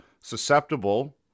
susceptible